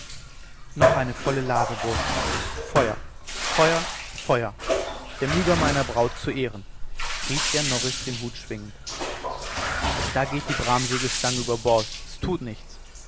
noch eine volle lage burschen feuer feuer feuer der myga meiner braut zu ehren rief jan norris den hut schwingend da geht die bramsegelstange über bord s tut nichts